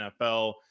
NFL